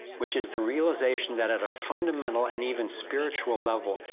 which is the realization that at a fundamental and even spiritual level,